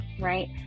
Right